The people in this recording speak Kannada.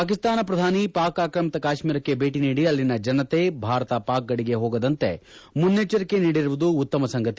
ಪಾಕಿಸ್ತಾನ ಶ್ರಧಾನಿ ಪಾಕ್ ಆಕ್ರಮಿತ ಕಾಶ್ಮೀರಕ್ಕೆ ಭೇಟ ನೀಡಿ ಅಲ್ಲಿನ ಜನತೆ ಭಾರತ ಪಾಕ್ ಗಡಿಗೆ ಹೋಗದಂತೆ ಮುನ್ನೆಚ್ವರಿಕೆ ನೀಡಿರುವುದು ಉತ್ತಮ ಸಂಗತಿ